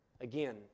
again